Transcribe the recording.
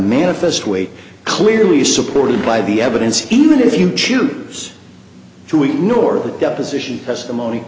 manifest weight clearly supported by the evidence even if you choose to ignore the deposition testimony